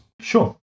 Sure